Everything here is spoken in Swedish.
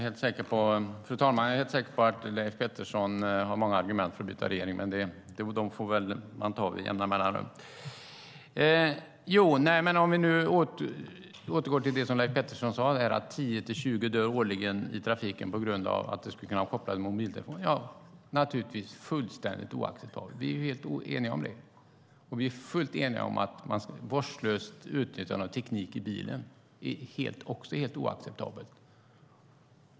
Fru talman! Jag är helt säker på att Leif Pettersson har många argument för att byta regering, men det får man väl ta med jämna mellanrum. Om vi nu återgår till det som Leif Pettersson sade, att 10-20 dör årligen i trafiken på grund av mobiltelefonanvändning: Ja, det är naturligtvis fullständigt oacceptabelt. Vi är helt eniga om det. Och vi är helt eniga om att vårdslöst utnyttjande av teknik i bilen också är helt oacceptabelt.